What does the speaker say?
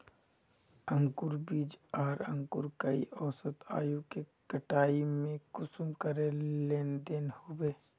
अंकूर बीज आर अंकूर कई औसत आयु के कटाई में कुंसम करे लेन देन होए?